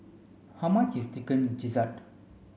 how much is chicken gizzard